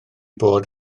bod